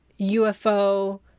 UFO